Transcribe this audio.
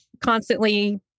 constantly